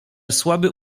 słaby